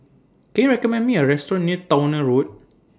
Can YOU recommend Me A Restaurant near Towner Road